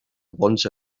bons